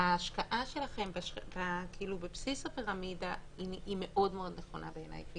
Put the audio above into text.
ההשקעה שלכם בבסיס הפירמידה מאוד מאוד נכונה בעיניי.